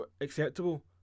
acceptable